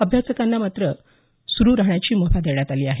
अभ्यासिका मात्र सुरू राहण्याची मुभा देण्यात आली आहे